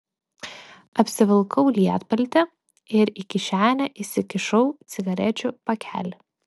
apsivilkau lietpaltį ir į kišenę įsikišau cigarečių pakelį